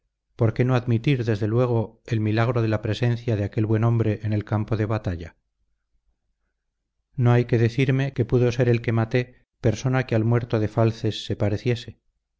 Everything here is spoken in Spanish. por qué no admitir desde luego el milagro de la presencia de aquel buen hombre en el campo de batalla no hay que decirme que pudo ser el que maté persona que al muerto de falces se pareciese